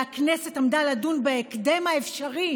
והכנסת עמדה לדון בהקדם האפשרי,